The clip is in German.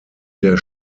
der